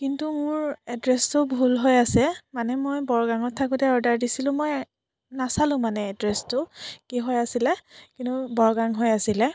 কিন্তু মোৰ এড্ৰেছটো ভুল হৈ আছে মানে মই বৰগাংত থাকোঁতে অৰ্ডাৰ দিছিলোঁ মই নাছালোঁ মানে এদ্ৰেছটো কি হৈ আছিলে কিন্তু বৰগাং হৈ আছিলে